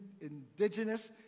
indigenous